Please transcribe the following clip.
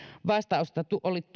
vastausta